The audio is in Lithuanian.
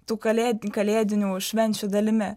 tų kalėd kalėdinių švenčių dalimi